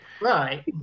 right